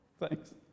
Thanks